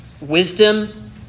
Wisdom